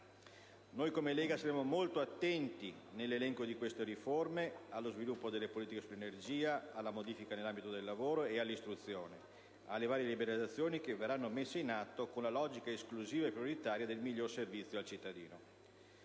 Noi, come Lega, saremo molto attenti, nell'elenco di queste riforme, allo sviluppo delle politiche sull'energia, alla modifica nell'ambito del lavoro e dell'istruzione, alle varie liberalizzazioni che verranno messe in atto con la logica esclusiva e prioritaria del miglior servizio al cittadino.